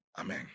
amen